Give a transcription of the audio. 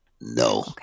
No